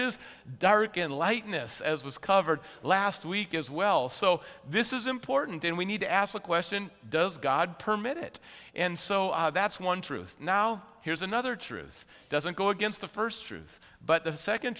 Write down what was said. is dark in lightness as was covered last week as well so this is important and we need to ask the question does god permit it and so that's one truth now here's another truth doesn't go against the first truth but the second